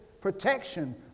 protection